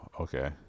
okay